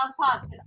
pause